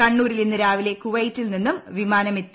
കണ്ണൂരിൽ ഇന്ന് രാവിട്ട്ല കുവൈത്തിൽ നിന്നും വിമാനമെത്തി